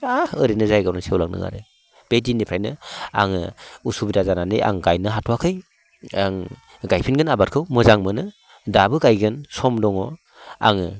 आह ओरैनो जायगायावनो सेवलांदों आरो बे दिननिफ्रायनो आङो असुबिदा जानानै आं गायनो हाथ'वाखै आं गायफिनगोन आबादखौ मोजां मोनो दाबो गायगोन सम दङ आङो